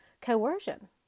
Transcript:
Coercion